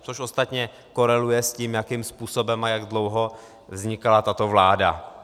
Což ostatně koreluje s tím, jakým způsobem a jak dlouho vznikala tato vláda.